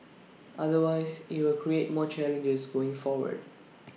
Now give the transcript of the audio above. otherwise IT will create more challenges going forward